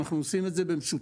אנחנו עושים את זה במשותף.